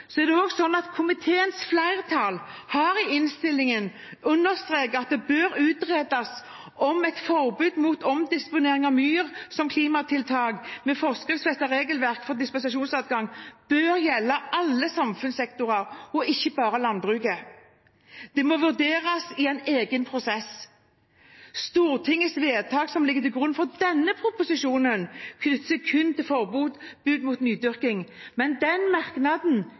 Komiteens flertall har i innstillingen understreket at det bør utredes om et forbud mot omdisponering av myr som et klimatiltak, med forskriftsfestet regelverk for dispensasjonsadgang, bør gjelde alle samfunnssektorer, ikke bare landbruket. Det må vurderes i en egen prosess. Stortingsvedtaket som ligger til grunn for denne proposisjonen, knytter seg kun til forbud mot nydyrking, men merknaden